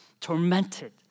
tormented